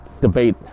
debate